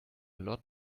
lot